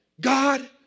God